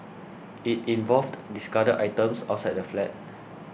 it involved discarded items outside the flat